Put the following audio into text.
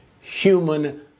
human